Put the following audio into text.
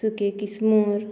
सुके किसमोर